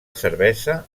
cervesa